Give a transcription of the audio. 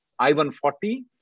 I-140